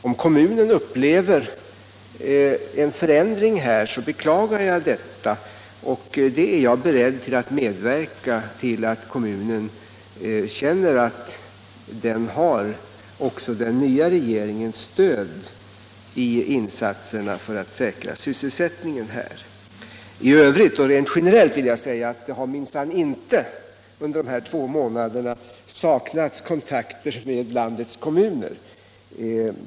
Om kommunen upplever en förändring beklagar jag detta och är beredd att medverka till sådana åtgärder att kommunen känner att den har även den nya regeringens stöd för insatserna att säkra sysselsättningen. I övrigt och rent generellt vill jag säga att det minsann inte under de här få månaderna har saknats kontakter med landets kommuner.